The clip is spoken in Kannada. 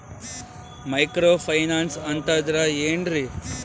ಮೈಕ್ರೋ ಫೈನಾನ್ಸ್ ಅಂತಂದ್ರ ಏನ್ರೀ?